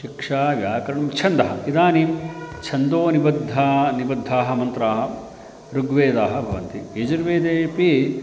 शिक्षा व्याकरणं छन्दः इदानीं छन्दोनिबद्धाः निबद्धाः मन्त्राः ऋग्वेदाः भवन्ति यजुर्वेदेपि